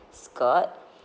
skirt